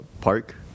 Park